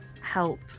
help